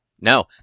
No